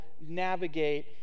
navigate